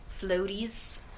floaties